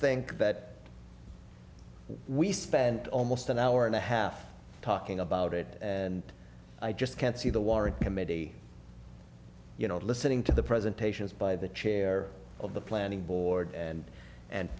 think that we spent almost an hour and a half talking about it and i just can't see the war committee you know listening to the presentations by the chair of the planning board and